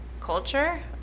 culture